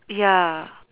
ya